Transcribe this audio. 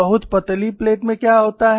बहुत पतली प्लेट में क्या होता है